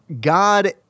God